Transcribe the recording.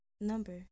Number